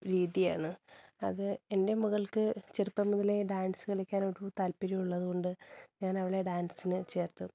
രീതിയാണ് അത് എൻ്റെ മകൾക്ക് ചെറുപ്പം മുതലെ ഡാൻസ് കളിക്കാനൊരു താല്പര്യം ഉള്ളതുകൊണ്ട് ഞാനവളെ ഡാൻസിനു ചേർത്തു